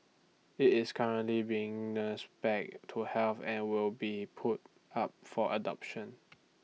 IT is currently being nursed back to health and will be put up for adoption